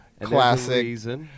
classic